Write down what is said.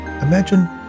Imagine